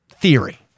theory